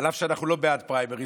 אף שאנחנו לא בעד פריימריז,